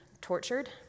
tortured